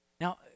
Now